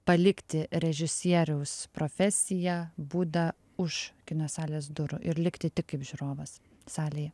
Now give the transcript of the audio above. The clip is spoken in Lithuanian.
palikti režisieriaus profesiją būdą už kino salės durų ir likti tik kaip žiūrovas salėje